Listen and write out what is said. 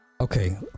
Okay